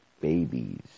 babies